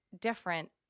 different